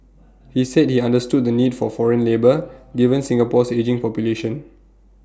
he said he understood the need for foreign labour given Singapore's ageing population